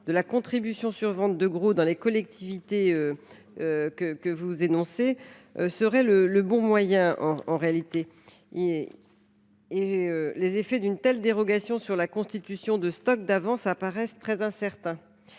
de la contribution sur vente de gros dans les collectivités ultramarines serait le bon moyen d’y répondre. Les effets d’une telle dérogation sur la constitution de stocks d’avance apparaissent en effet très incertains.